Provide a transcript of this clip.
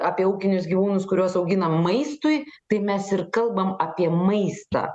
apie ūkinius gyvūnus kuriuos auginam maistui tai mes ir kalbam apie maistą